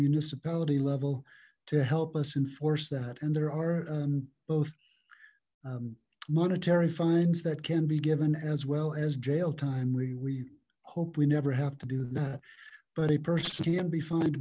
municipality level to help us enforce that and there are both monetary fines that can be given as well as jail time we hope we never have to do that but a person can be fined